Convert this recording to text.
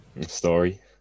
story